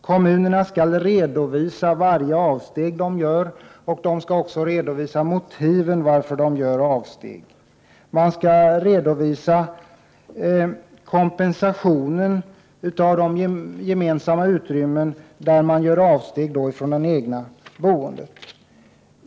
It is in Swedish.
Kommunerna skall redovisa varje avsteg som de gör, liksom motiven för avstegen. Man skall vidare redovisa kompensationen för gemensamma utrymmen när man gör avsteg från kraven på standarden på det egna boendet.